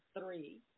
three